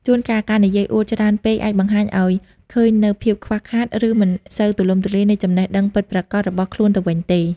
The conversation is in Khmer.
ជួនកាល ការនិយាយអួតច្រើនពេកអាចបង្ហាញឱ្យឃើញនូវភាពខ្វះខាត ឬមិនសូវទូលំទូលាយនៃចំណេះដឹងពិតប្រាកដរបស់ខ្លួនទៅវិញទេ។